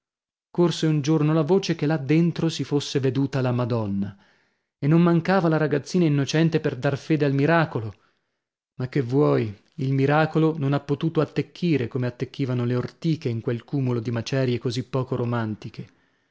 corse un giorno la voce che là dentro si fosse veduta la madonna e non mancava la ragazzina innocente per dar fede al miracolo ma che vuoi il miracolo non ha potuto attecchire come attecchivano le ortiche in quel cumulo di macerie così poco romantiche